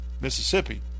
Mississippi